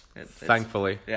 Thankfully